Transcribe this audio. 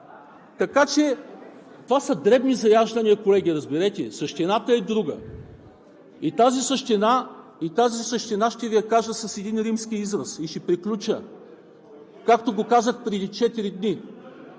Така че това са дребни заяждания. Колеги, разберете, същината е друга и тази същина ще Ви я кажа с един римски израз и ще приключа, както го казах преди четири